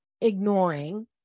ignoring